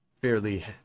fairly